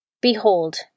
Behold